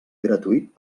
gratuït